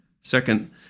Second